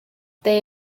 they